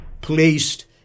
placed